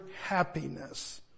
happiness